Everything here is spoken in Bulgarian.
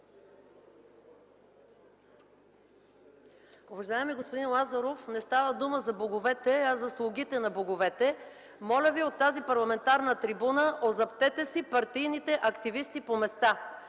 Уважаеми господин Лазаров, не става дума за боговете, а за слугите на боговете. Моля ви от тази парламентарна трибуна да узаптите партийните си активисти по места,